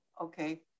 okay